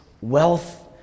wealth